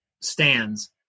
stands